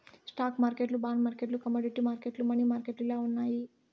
stock మార్కెట్లు bond మార్కెట్లు commodity మార్కెట్లు, మనీ మార్కెట్లు ఇలా ఉన్నాయి